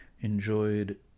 enjoyed